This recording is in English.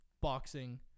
Boxing